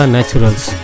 Naturals